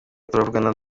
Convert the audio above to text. turavugana